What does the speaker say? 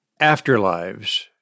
Afterlives